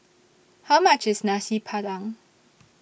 How much IS Nasi Padang